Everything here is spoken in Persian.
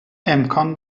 امکان